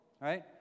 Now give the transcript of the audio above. right